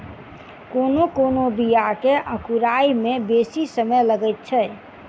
कोनो कोनो बीया के अंकुराय मे बेसी समय लगैत छै